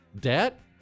Debt